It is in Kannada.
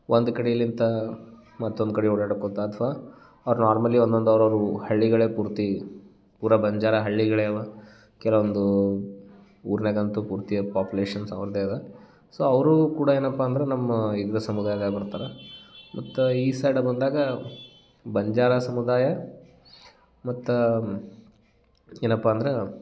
ಒಂದು ಕಡೆಲಿಂತ ಮತ್ತೊಂದು ಕಡೆ ಓಡ್ಯಾಡಿಕೊತ ಅಥವಾ ಅವ್ರು ನಾರ್ಮಲಿ ಒನ್ನೊಂದು ಅವ್ರವ್ರ ಹಳ್ಳಿಗಳೇ ಪೂರ್ತಿ ಪೂರ ಬಂಜಾರ ಹಳ್ಳಿಗಳೇ ಅವ ಕೆಲ್ವೊಂದು ಊರ್ನ್ಯಾಗಂತು ಪೂರ್ತಿ ಅದು ಪಾಪ್ಯುಲೇಶನ್ಸ್ ಅವ್ರ್ದೆ ಅದ ಸೊ ಅವರು ಕೂಡ ಏನಪ್ಪ ಅಂದ್ರೆ ನಮ್ಮ ಇದು ಸಮುದಾಯದಾಗ ಬರ್ತಾರ ಮತ್ತು ಈ ಸೈಡ್ ಬಂದಾಗ ಬಂಜಾರ ಸಮುದಾಯ ಮತ್ತು ಏನಪ್ಪ ಅಂದ್ರೆ